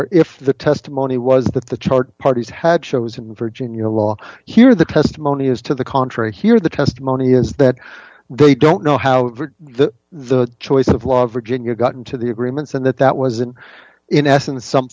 or if the testimony was that the chart parties had shows in virginia law here the testimony is to the contrary here the testimony is that they don't know how the choice of law virginia got into the agreements and that that wasn't in essence some